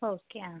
okay ಹಾಂ